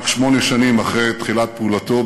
רק שמונה שנים אחרי תחילת פעולתו,